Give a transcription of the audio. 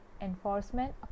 enforcement